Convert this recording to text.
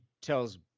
tells